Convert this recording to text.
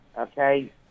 okay